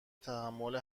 تحمل